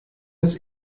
des